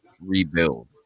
rebuild